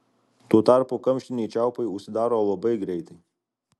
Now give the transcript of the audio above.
tuo tarpu kamštiniai čiaupai užsidaro labai greitai